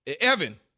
Evan